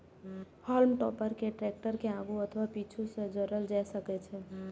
हाल्म टॉपर कें टैक्टर के आगू अथवा पीछू सं जोड़ल जा सकै छै